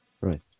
right